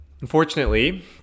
Unfortunately